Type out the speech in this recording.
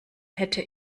hätte